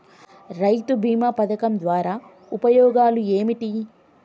రైతు బీమా పథకం ద్వారా ఉపయోగాలు ఏమిటి?